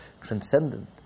transcendent